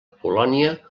polònia